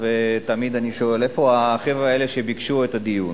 ותמיד אני שואל: איפה החבר'ה האלה שביקשו את הדיון?